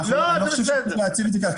אני לא חושב שצריך להציג את זה כך,